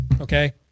Okay